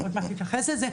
ועוד מעט נתייחס לזה,